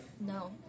No